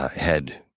had